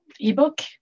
ebook